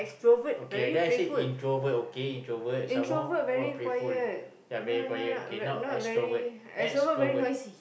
okay and I say introvert okay introvert some more what playful they're very quiet okay now extrovert extrovert